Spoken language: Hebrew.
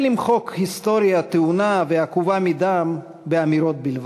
קשה למחוק היסטוריה טעונה ועקובה מדם באמירות בלבד,